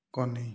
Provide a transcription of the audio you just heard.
କନ୍ହୀ